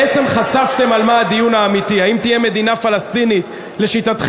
בעצם חשפתם על מה הדיון האמיתי: האם תהיה מדינה פלסטינית לשיטתכם,